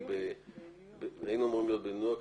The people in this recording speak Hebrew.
בניו יורק.